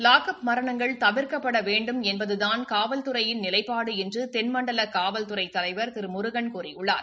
lock அப் மரணங்கள் தவிர்க்கப்பட வேண்டும் என்பதுதான் காவல்துறையின் நிலைப்பாடு என்று தென்மண்டல காவல்துறை தலைவர் திரு முருகன் கூறியுள்ளார்